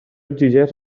exigeix